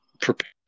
prepare